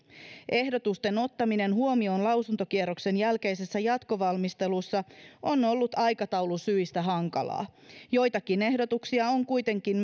ehdotusten ottaminen huomioon lausuntokierroksen jälkeisessä jatkovalmistelussa on on ollut aikataulusyistä hankalaa joitakin ehdotuksia on kuitenkin